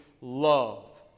love